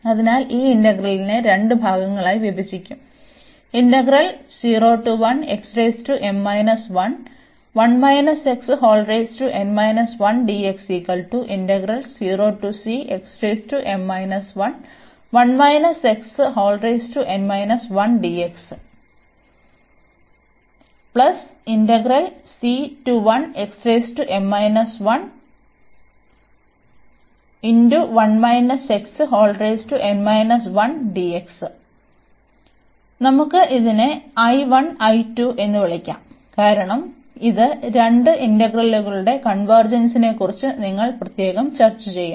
അതിനാൽ ഈ ഇന്റഗ്രലിനെ രണ്ട് ഭാഗങ്ങളായി വിഭജിക്കും നമുക്ക് ഇതിനെ എന്ന് വിളിക്കാം കാരണം ഈ രണ്ട് ഇന്റഗ്രലുകളുടെ കൺവെർജെൻസിനെക്കുറിച്ച് നിങ്ങൾ പ്രത്യേകം ചർച്ച ചെയ്യും